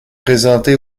présenté